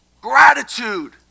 gratitude